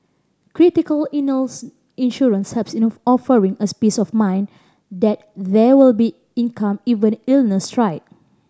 critical illness insurance helps in offering a peace of mind that there will be income even if illnesses strike